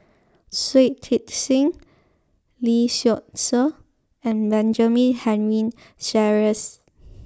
Shui Tit Sing Lee Seow Ser and Benjamin Henry Sheares